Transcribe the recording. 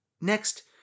Next